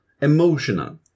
emotional